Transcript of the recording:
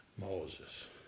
Moses